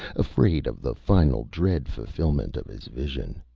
afraid of the final dread fulfillment of his vision.